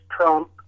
Trump